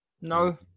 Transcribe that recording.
No